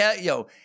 yo